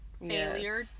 failure